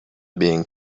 being